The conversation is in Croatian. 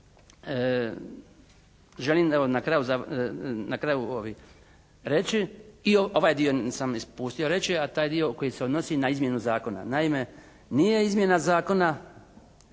kraju, na kraju ovi reći i ovaj dio nisam ispustio reći a taj dio koji se odnosi na izmjenu zakona. Naime nije izmjena zakona